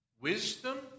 wisdom